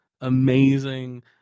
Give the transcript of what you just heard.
amazing